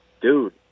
Dude